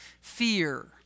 fear